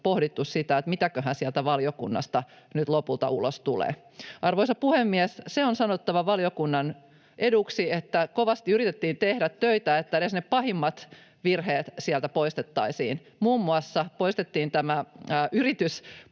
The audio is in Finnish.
pohdittu sitä, mitäköhän sieltä valiokunnasta nyt lopulta ulos tulee. Arvoisa puhemies! Se on sanottava valiokunnan eduksi, että kovasti yritettiin tehdä töitä, että edes ne pahimmat virheet sieltä poistettaisiin. Muun muassa poistettiin yritys